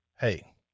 Hey